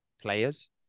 players